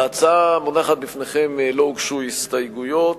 להצעה המונחת בפניכם לא הוגשו הסתייגויות.